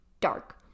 dark